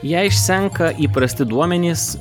jei išsenka įprasti duomenys